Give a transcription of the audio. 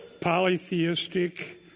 polytheistic